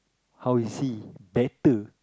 how is he better